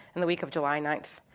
in the week of july ninth.